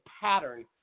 pattern